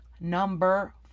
number